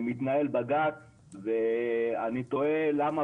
מתנהל בג"ץ ואני תוהה למה